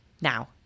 Now